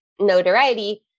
notoriety